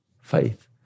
faith